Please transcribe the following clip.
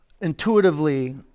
intuitively